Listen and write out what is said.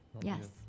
Yes